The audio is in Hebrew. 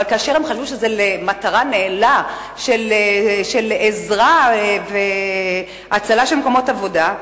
אבל הם חשבו שזה למטרה נעלה של עזרה והצלה של מקומות עבודה.